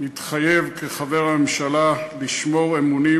מתחייב כחבר הממשלה לשמור אמונים